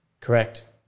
Correct